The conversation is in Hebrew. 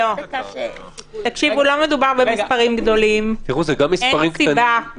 תקשיבו, לא מדובר במספרים גדולים, אין סיבה.